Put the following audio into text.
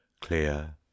clear